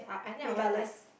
regardless